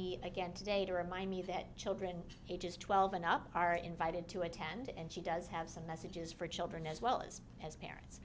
me again today to remind me that children ages twelve and up are invited to attend and she does have some messages for children as well as as parents